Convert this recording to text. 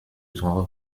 drogue